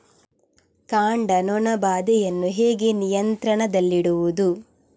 ಕಾಂಡ ನೊಣ ಬಾಧೆಯನ್ನು ಹೇಗೆ ನಿಯಂತ್ರಣದಲ್ಲಿಡುವುದು?